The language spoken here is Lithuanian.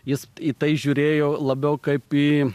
jis į tai žiūrėjo labiau kaip į